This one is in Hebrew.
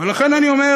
ולכן אני אומר,